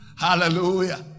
Hallelujah